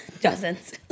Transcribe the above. dozens